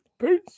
Peace